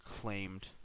claimed